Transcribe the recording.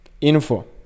info